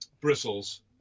bristles